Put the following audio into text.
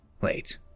Wait